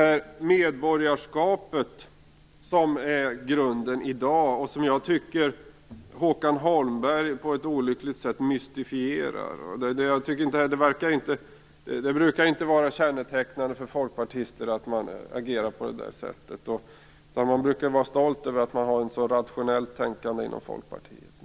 Det medborgarskap som är grunden i dag tycker jag att Håkan Holmberg på ett olyckligt sätt mystifierar. Det brukar inte vara kännetecknande för folkpartister att agera på det sättet. De brukar vara stolta över att man har ett så rationellt tänkande inom Folkpartiet.